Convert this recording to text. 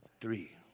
three